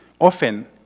often